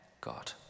God